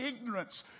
ignorance